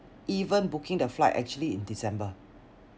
even booking the flight actually in december